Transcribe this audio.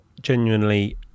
genuinely